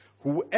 whoever